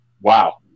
Wow